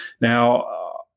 Now